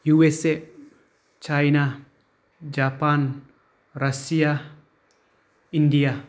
USA China Japan Russia India